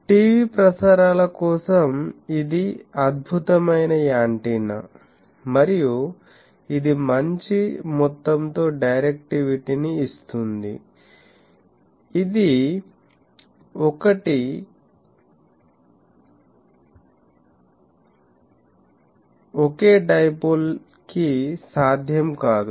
TV ప్రసారాల కోసం ఇది అద్భుతమైన యాంటెన్నా మరియు ఇది మంచి మొత్తం తో డైరెక్టివిటీ ని ఇస్తుంది ఇది ఒకే డైపోల్ కి సాధ్యం కాదు